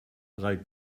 drei